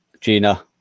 Gina